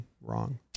wrong